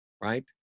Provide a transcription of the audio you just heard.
right